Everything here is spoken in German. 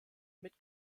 mit